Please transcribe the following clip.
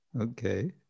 Okay